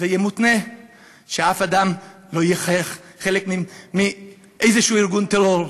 זה יהיה מותנה בכך שאף אחד לא יהיה חלק מאיזשהו ארגון טרור,